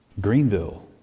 Greenville